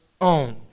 own